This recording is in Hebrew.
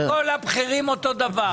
לא כל הבכירים אותו דבר.